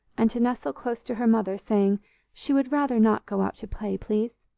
and to nestle close to her mother, saying she would rather not go out to play, please.